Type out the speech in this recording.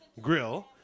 Grill